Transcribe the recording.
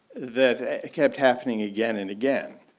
that kept happening again and again.